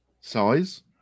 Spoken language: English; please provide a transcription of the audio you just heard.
size